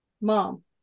Mom